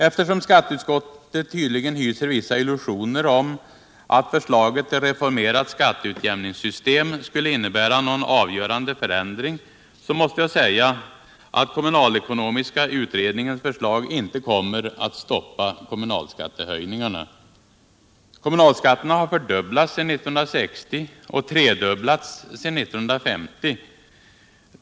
Eftersom skatteutskottet tydligen hyser vissa illusioner om att förslaget till Finansdebatt Finansdebatt reformerat skatteutjämningssystem skulle innebära någon avgörande förändring, måste jag säga att kommunalekonomiska utredningens förslag inte kommer att stoppa kommunalskattehöjningarna. Kommunalskatterna har fördubblats sedan 1960 och tredubblats sedan 1950.